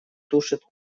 тушит